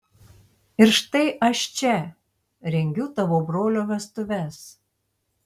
ir štai aš čia rengiu tavo brolio vestuves